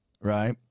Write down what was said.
right